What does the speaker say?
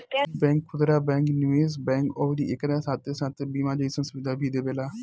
इ बैंक खुदरा बैंक, निवेश बैंक अउरी एकरा साथे साथे बीमा जइसन सुविधा भी देवेला